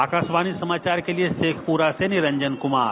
आकाशवाणी समाचार के लिए शेखपुरा से निरंजन कुमार